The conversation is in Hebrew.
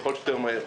כמה שיותר מהר.